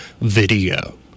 video